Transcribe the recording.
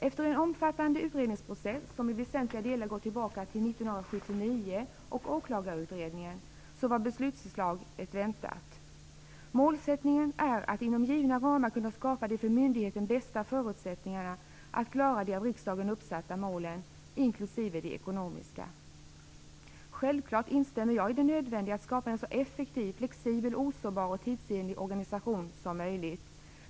Efter en omfattande utredningsprocess, som i väsentliga delar går tillbaka till 1979 och Åklagarutredningen, var beslutsutslaget väntat. Målsättningen är att inom givna ramar kunna skapa de för myndigheten bästa förutsättningarna att klara de av riksdagen uppsatta målen, inklusive de ekonomiska. Självklart instämmer jag i det nödvändiga med att skapa en så effektiv, flexibel, osårbar och tidsenlig organisation som möjligt.